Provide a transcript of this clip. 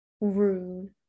Rude